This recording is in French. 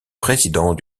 président